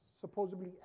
supposedly